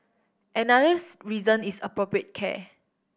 anothers reason is appropriate care